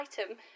item